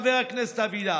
חבר הכנסת אבידר: